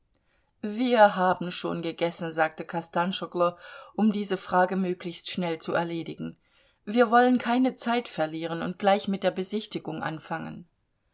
wir haben schon gegessen sagte kostanschoglo um diese frage möglichst schnell zu erledigen wir wollen keine zeit verlieren und gleich mit der besichtigung anfangen